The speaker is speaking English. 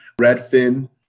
Redfin